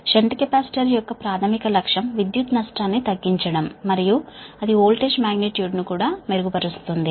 shunt capacitor యొక్క ప్రాథమిక లక్ష్యం విద్యుత్ నష్టాన్ని తగ్గించడం మరియు అది వోల్టేజ్ మాగ్నిట్యూడ్ ను కూడా మెరుగుపరుస్తుంది